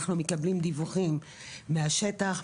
אנחנו מקבלים דיווחים מהשטח,